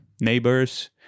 neighbors